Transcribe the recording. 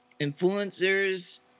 influencers